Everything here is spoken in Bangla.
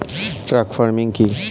ট্রাক ফার্মিং কি?